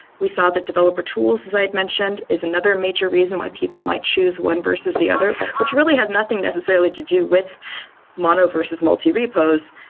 we saw that developer tools, as i had mentioned, is another major reason why people might choose one versus the other, which really has nothing necessarily to do with mono versus multi repos,